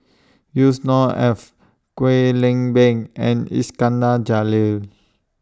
Yusnor Ef Kwek Leng Beng and Iskandar Jalil